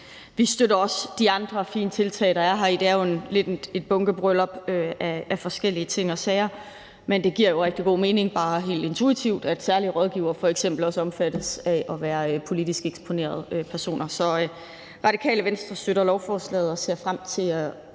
Vi støtter også de andre fine tiltag, der er heri. Det er jo lidt et bunkebryllup af forskellige ting og sager. Men det giver rigtig god mening bare helt intuitivt, at særlige rådgivere f.eks. også omfattes af at være politisk eksponerede personer. Så Radikale Venstre støtter lovforslaget og ser frem til faktisk